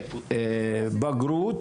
אחוז בגרות,